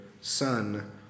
son